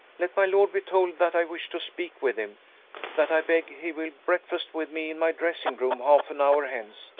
let my lord be told that i wish to speak with him that i beg he will breakfast with me in my dressing-room half an hour hence.